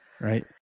Right